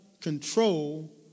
control